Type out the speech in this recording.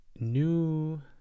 New